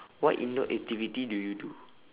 what indoor activity do you do